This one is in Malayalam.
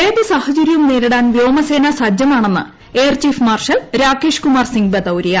ഏതു സാഹചരൃവും നേരിടാൻ വ്യോമസേന സജ്ജമാണെന്ന് എയർചീഫ്മാർഷൽ രാകേഷ്കുമാർ സിംഗ് ബദൌരിയ